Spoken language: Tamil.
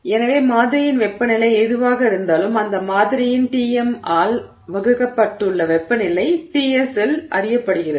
எனவே மாதிரியின் வெப்பநிலை எதுவாக இருந்தாலும் அந்த மாதிரியின் Tm ஆல் வகுக்கப்பட்டுள்ள வெப்பநிலை Ts இல் அறியப்படுகிறது